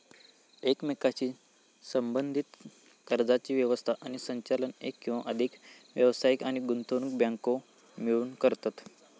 एकमेकांशी संबद्धीत कर्जाची व्यवस्था आणि संचालन एक किंवा अधिक व्यावसायिक आणि गुंतवणूक बँको मिळून करतत